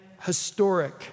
historic